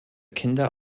kinder